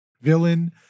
villain